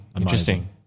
Interesting